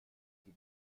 die